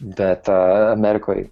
bet amerikoj